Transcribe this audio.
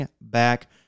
back